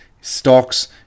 stocks